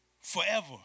Forever